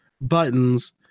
buttons